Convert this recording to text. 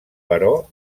però